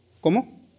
cómo